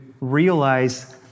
realize